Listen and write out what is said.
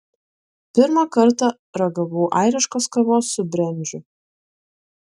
pirmą kartą ragavau airiškos kavos su brendžiu